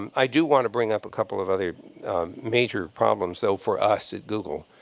i do want to bring up a couple of other major problems, though, for us at google.